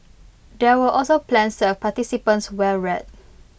there were also plans to have participants wear red